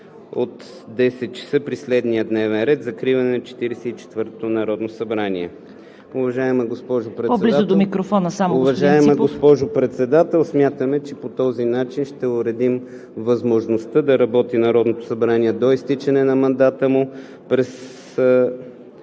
от 10,00 ч. при следния дневен ред: „Закриване на Четиридесет и четвъртото Народно събрание.“ Уважаема госпожо Председател, смятаме, че по този начин ще уредим възможността да работи Народното събрание до изтичане на мандата му